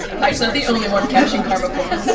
pike's not the only one cashing karma points.